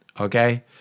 okay